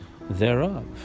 thereof